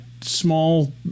small